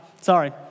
sorry